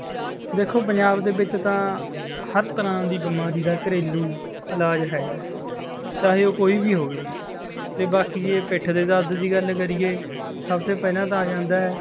ਦੇਖੋ ਪੰਜਾਬ ਦੇ ਵਿੱਚ ਤਾਂ ਹਰ ਤਰ੍ਹਾਂ ਦੀ ਬਿਮਾਰੀ ਦਾ ਘਰੇਲੂ ਇਲਾਜ ਹੈ ਚਾਹੇ ਉਹ ਕੋਈ ਵੀ ਹੋਵੇ ਅਤੇ ਬਾਕੀ ਜੇ ਪਿੱਠ ਦੇ ਦਰਦ ਦੀ ਗੱਲ ਕਰੀਏ ਸਭ ਤੋਂ ਪਹਿਲਾਂ ਤਾਂ ਆ ਜਾਂਦਾ ਹੈ